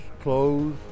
clothes